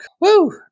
woo